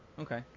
okay